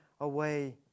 away